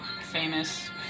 famous